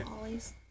Ollie's